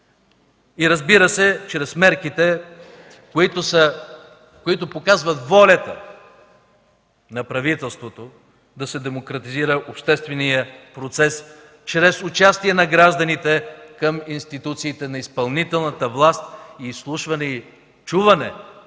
И, разбира се, чрез мерките, които показват волята на правителството да се демократизира обществения процес чрез участие на гражданите към институциите на изпълнителната власт, изслушване и чуване